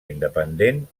independent